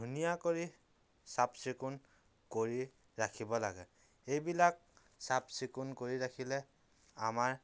ধুনীয়া কৰি চাফ চিকুণ কৰি ৰাখিব লাগে এইবিলাক চাফ চিকুণ কৰি ৰাখিলে আমাৰ